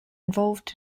involved